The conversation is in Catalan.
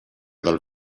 del